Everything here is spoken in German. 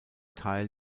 teil